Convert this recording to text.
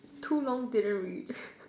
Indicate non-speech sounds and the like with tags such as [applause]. too long didn't read [laughs]